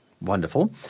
Wonderful